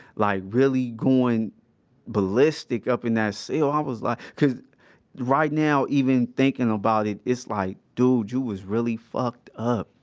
like really going ballistic up in that cell. i was like cause right now even thinking about it, it's like, dude, you was really fucked up.